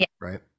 right